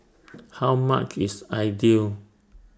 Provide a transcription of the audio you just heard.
How much IS Idly